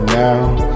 now